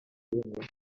llengua